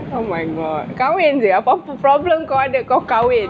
oh my god kahwin sia apa-apa problem kau ada kau kahwin